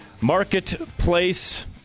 Marketplace